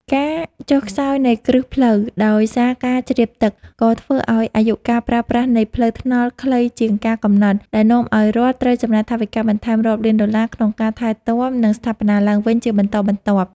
ការចុះខ្សោយនៃគ្រឹះផ្លូវដោយសារការជ្រាបទឹក ក៏ធ្វើឱ្យអាយុកាលប្រើប្រាស់នៃផ្លូវថ្នល់ខ្លីជាងការកំណត់ ដែលនាំឱ្យរដ្ឋត្រូវចំណាយថវិកាបន្ថែមរាប់លានដុល្លារក្នុងការថែទាំ និងស្ថាបនាឡើងវិញជាបន្តបន្ទាប់។